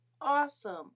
awesome